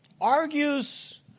argues